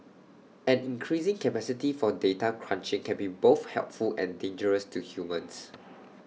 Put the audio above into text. an increasing capacity for data crunching can be both helpful and dangerous to humans